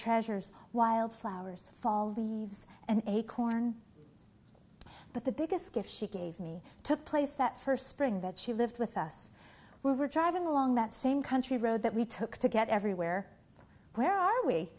treasures wild flowers fall leaves an acorn but the biggest gift she gave me took place that first spring that she lived with us we were driving along that same country road that we took to get everywhere where